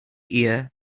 ear